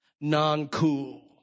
non-cool